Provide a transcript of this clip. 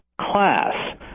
class